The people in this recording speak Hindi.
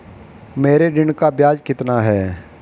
मेरे ऋण का ब्याज कितना है?